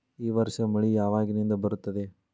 ಈ ವರ್ಷ ಮಳಿ ಯಾವಾಗಿನಿಂದ ಬರುತ್ತದೆ?